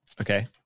Okay